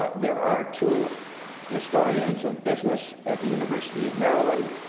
ah there are two historians of business at the university of maryland,